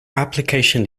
application